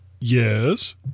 Yes